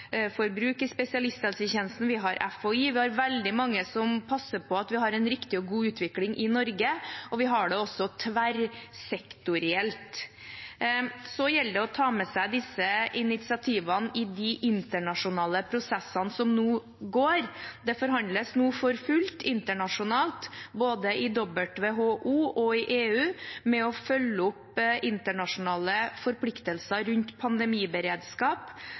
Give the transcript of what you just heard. i spesialisthelsetjenestenen, vi har FHI, vi har veldig mange som passer på at vi har en riktig og god utvikling i Norge, og vi har det også tverrsektorielt. Så gjelder det å ta med seg disse initiativene i de internasjonale prosessene som nå foregår. Det forhandles nå for fullt internasjonalt, både i WHO og i EU, for å følge opp internasjonale forpliktelser rundt pandemiberedskap.